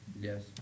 Yes